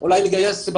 מחר נמצא אותו עמוק בתוך